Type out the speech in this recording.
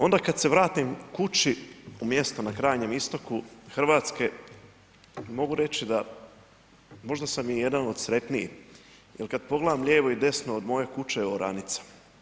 Onda kad se vratim kući u mjesto na krajnjem istoku RH, mogu reći da možda sam i jedan od sretniji, jel kad pogledam lijevo i desno od moje kuće je oranica.